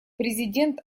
президент